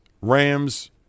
Rams